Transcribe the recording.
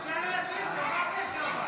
זה היה במשמרת שלכם.